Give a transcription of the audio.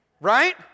Right